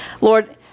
Lord